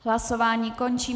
Hlasování končím.